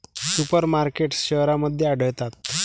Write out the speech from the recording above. super markets शहरांमध्ये आढळतात